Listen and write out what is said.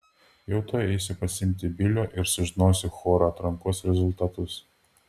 jau tuoj eisiu pasiimti bilio ir sužinosiu choro atrankos rezultatus